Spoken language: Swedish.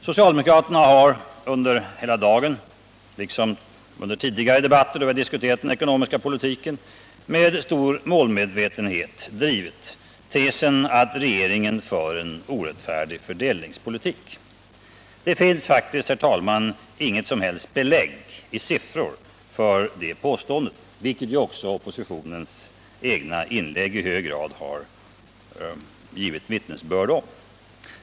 Socialdemokraterna har under hela dagen, liksom under tidigare debatter när vi har diskuterat den ekonomiska politiken, med stor målmedvetenhet drivit tesen att regeringen för en orättfärdig fördelningspolitik. Det finns faktiskt inga som helst belägg i siffror för detta påstående, vilket också oppositionens egna inlägg i hög grad har givit vittnesbörd om.